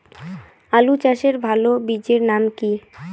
আলু চাষের ভালো বীজের নাম কি?